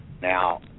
Now